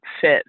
fit